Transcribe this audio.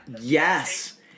Yes